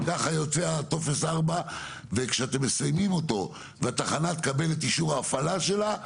כך יוצא טופס 4. וכשאתם מסיימים אותו והתחנה תקבל את אישור ההפעלה שלה,